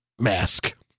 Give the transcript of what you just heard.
mask